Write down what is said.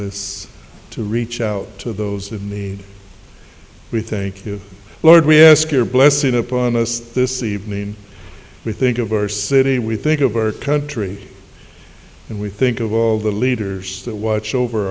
is to reach out to those that need we thank you lord we ask your blessing upon us this evening we think of our city we think of our country and we think of all the leaders that watch over